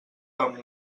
amb